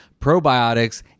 probiotics